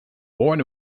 born